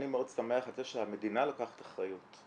אני מאוד שמח על זה שהמדינה לוקחת אחריות.